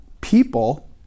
people